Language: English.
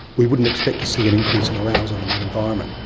we wouldn't expect to see an increase in arousal in that environment.